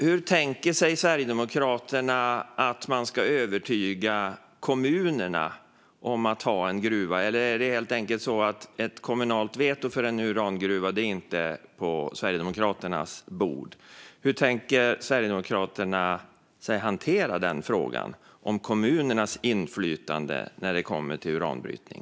Hur tänker sig Sverigedemokraterna att man ska övertyga kommunerna om att ha en gruva? Eller är det helt enkelt så att ett kommunalt veto när det gäller en urangruva inte är på Sverigedemokraternas bord? Hur tänker Sverigedemokraterna hantera frågan om kommunernas inflytande när det kommer till uranbrytning?